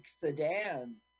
sedans